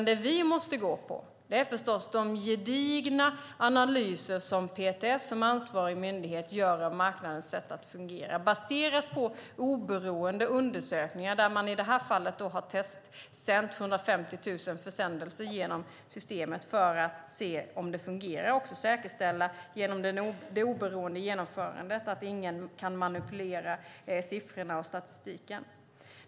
Det vi måste gå på är de gedigna analyser som PTS som ansvarig myndighet gör av marknadens sätt att fungera baserade på oberoende undersökningar. I det här fallet har man testsänt 150 000 försändelser genom systemet för att se om det fungerar och genom det oberoende genomförandet säkerställt att ingen kan manipulera siffrorna och statistiken.